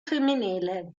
femminile